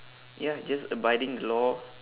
ya just abiding the law